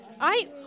I-